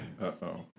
Uh-oh